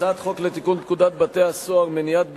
הצעת חוק לתיקון פקודת בתי-הסוהר (מניעת ביקורים),